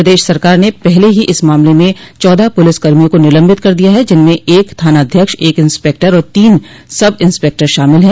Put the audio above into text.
प्रदेश सरकार ने पहले ही इस मामले में चौदह पुलिस कर्मियों को निलम्बित कर दिया है जिनमें एक थानाध्यक्ष एक इंस्पेक्टर और तीन सब इंस्पेक्टर शामिल है